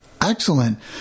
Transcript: excellent